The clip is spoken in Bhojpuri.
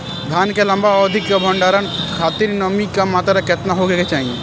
धान के लंबा अवधि क भंडारण खातिर नमी क मात्रा केतना होके के चाही?